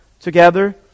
together